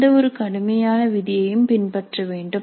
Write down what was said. எந்தவொரு கடுமையான விதியையும் பின்பற்ற வேண்டும்